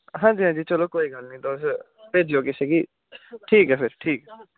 हां जी हां जी चलो कोई गल्ल निं तुस भेजेओ कुसै गी ठीक ऐ फिर ठीक ऐ